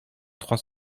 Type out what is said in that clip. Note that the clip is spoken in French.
trois